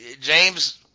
James